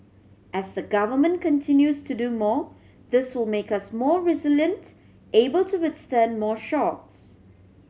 as the Government continues to do more this will make us more resilient able to withstand more shocks